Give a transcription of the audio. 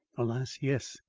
alas, yes.